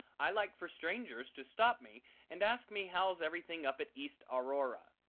i like for strangers to stop me and ask me how's everything up at east aurora.